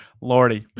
Lordy